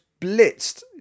blitzed